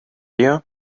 you